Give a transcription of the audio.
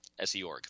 SEORG